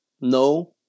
No